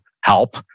help